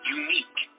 unique